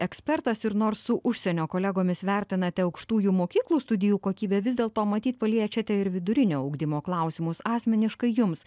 ekspertas ir nors su užsienio kolegomis vertinate aukštųjų mokyklų studijų kokybę vis dėlto matyt paliečiate ir vidurinio ugdymo klausimus asmeniškai jums